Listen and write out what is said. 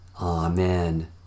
Amen